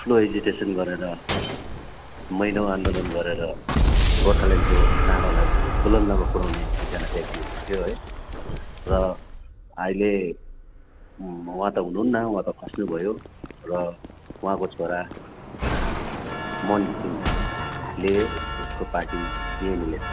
ठुलो एजिटेसन गरेर महिनौ आन्दोलन गरेर गोर्खाल्यान्डको नारालाई बुलन्दमा पुराउने एकजना व्यक्ति हुनुहुन्थ्यो है र अहिले उहाँ त हुनुहुन्न उहाँ त खस्नुभयो र उहाँको छोरा मोहन घिसिङले उसको पार्टी जिएनएलएफ